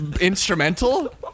Instrumental